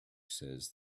says